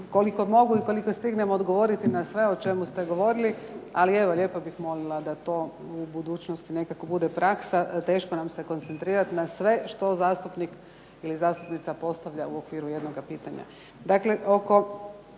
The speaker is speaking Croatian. koliko mogu i koliko stignem odgovoriti na sve o čemu ste govorili. Ali evo, lijepo bih molila da to u budućnosti nekako bude praksa. Teško nam se koncentrirati na sve što zastupnik ili zastupnica postavlja u okviru jednoga pitanja.